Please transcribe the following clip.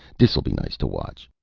dis'll be nice to watch.